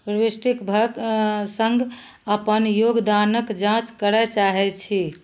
प्रविष्टिक सङ्ग अपन योगदानक जाँच करय चाहैत छी